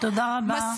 תודה רבה.